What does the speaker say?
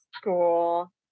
school